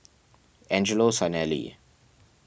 Angelo Sanelli